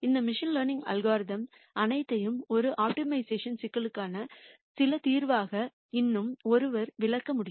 இந்த machine learning algorithm அனைத்தையும் ஒரு ஆப்டிமைசேஷன் சிக்கலுக்கு சில தீர்வாக இன்னும் ஒருவர் விளக்க முடியும்